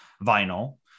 vinyl